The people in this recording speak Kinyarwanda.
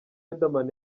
riderman